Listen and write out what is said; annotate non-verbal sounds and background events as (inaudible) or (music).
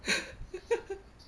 (laughs)